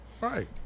Right